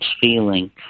feeling